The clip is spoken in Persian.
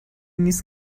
نیست